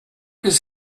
his